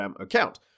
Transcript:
account